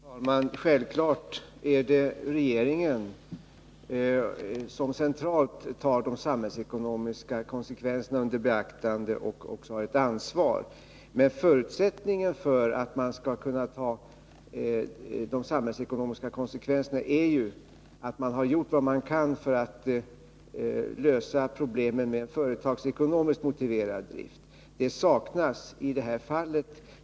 Herr talman! Det är självklart att det är regeringen som centralt tar de samhällsekonomiska konsekvenserna i beaktande och tar ett ansvar. Men förutsättningen för att kunna ta de samhällsekonomiska konsekvenserna är ju att man först har gjort vad man kunnat för att lösa problemen med en företagsekonomiskt motiverad drift, och den förutsättningen saknas i det här fallet.